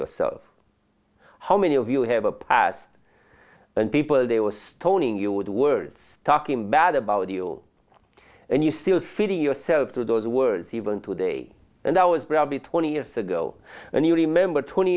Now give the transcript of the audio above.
yourself how many of you have a past and people they were stoning you with words talking bad about you and you still feeding yourself to those words even today and i was probably twenty years ago and you remember twenty